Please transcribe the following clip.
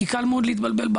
כי קל מאוד להתבלבל בה